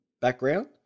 background